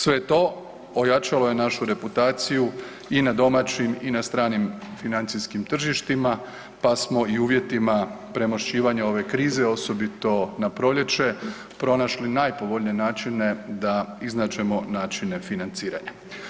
Sve to ojačalo je našu reputaciju i na domaćim i na stranim financijskim tržištima, pa smo i u uvjetima premošćivanja ove krize, osobito na proljeće, pronašli najpovoljnije načine da iznađemo načine financiranja.